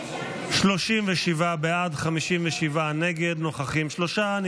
37 בעד, 57 נגד, שלושה נוכחים.